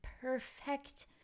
perfect